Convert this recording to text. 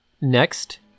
next